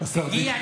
והוא הגיע,